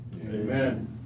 Amen